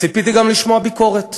ציפיתי גם לשמוע ביקורת,